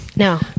no